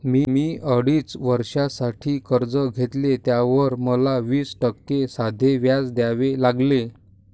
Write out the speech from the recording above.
मी अडीच वर्षांसाठी कर्ज घेतले, त्यावर मला वीस टक्के साधे व्याज द्यावे लागले